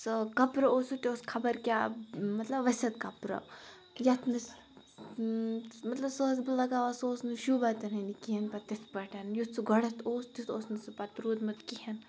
سُہ کَپُرٕ اوس سُہ تہِ اوس خبر کیٛاہ مطلب ؤسِتھ کَپُرٕ یَتھ نہٕ مطلب سُہ ٲس بہٕ لَگاوان سُہ اوس نہٕ شوٗبان تہِ نہٕ کِہیٖنۍ پَتہٕ تِتھ پٲٹھۍ یُتھ سُہ گۄڈنٮ۪تھ اوس تیُتھ اوس نہٕ سُہ پَتہٕ روٗدمُت کِہیٖنۍ